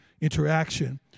interaction